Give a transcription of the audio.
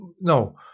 no